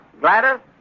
Gladys